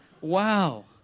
wow